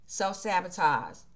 self-sabotage